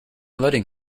letting